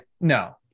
No